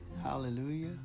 Hallelujah